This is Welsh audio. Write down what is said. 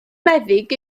meddyg